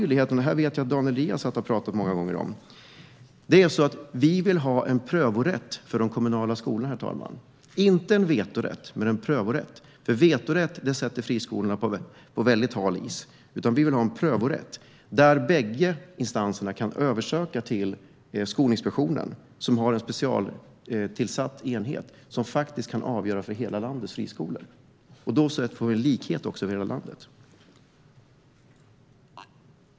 Den andra tydligheten är att vi vill ha en prövorätt för de kommunala skolorna, inte en vetorätt utan en prövorätt. Vetorätt sätter friskolorna på väldigt hal is. Båda instanserna ska kunna ansöka om en överprövning hos Skolinspektionen, som har en specialtillsatt enhet som kan fatta beslut om hela landets förskolor. På så sätt blir det också en likhet över hela landet.